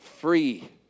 free